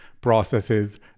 processes